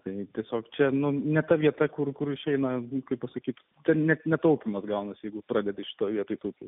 tai tiesiog čia nu ne ta vieta kur išeina reikia pasakyti kad net netaupoma gaunasi jeigu pradeda šitoje tai turėtų